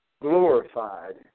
glorified